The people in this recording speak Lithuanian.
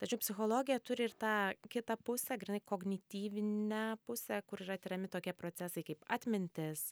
tačiau psichologija turi ir tą kitą pusę grynai kognityvinę pusę kur yra tiriami tokie procesai kaip atmintis